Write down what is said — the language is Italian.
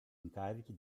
incarichi